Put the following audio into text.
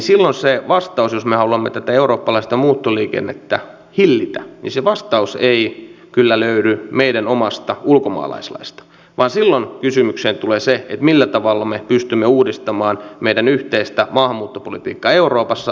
silloin se vastaus jos me haluamme tätä eurooppalaista muuttoliikennettä hillitä ei kyllä löydy meidän omasta ulkomaalaislaista vaan silloin kysymykseen tulee se millä tavalla me pystymme uudistamaan meidän yhteistä maahanmuuttopolitiikkaa euroopassa